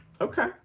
Okay